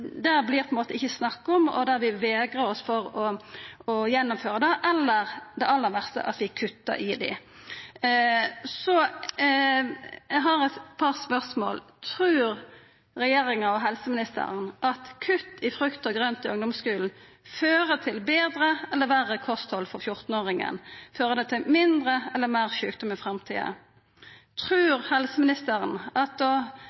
ikkje snakk om, og vi vegrar oss for å gjennomføra det. Eller det aller verste: at vi kuttar i tiltaka. Eg har nokre spørsmål: Trur regjeringa og helseministeren at kutt i frukt og grønt i ungdomsskulen fører til eit betre eller verre kosthald for 14-åringen? Fører det til mindre eller meir sjukdom i framtida? Trur helseministeren at å